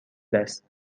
است